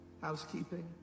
housekeeping